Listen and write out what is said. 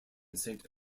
saint